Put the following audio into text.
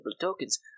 tokens